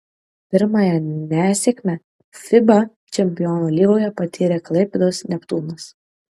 pirmąją nesėkmę fiba čempionų lygoje patyrė klaipėdos neptūnas